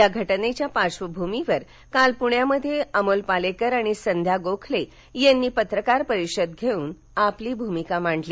या घटनेच्या पार्श्वभूमीवर काल पूण्यात अमोल पालेकर आणि संध्या गोखले यांनी पत्रकार परिषद घेऊन आपली भूमिका मांडली